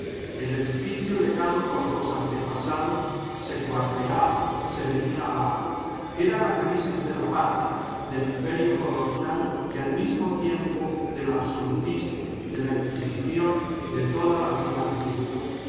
el edificio legado por los antepasados se cuarteaba se venía abajo era la crisis de la patria del imperio colonial y al mismo tiempo del absolutismo de la inquisición de toda la vida antigua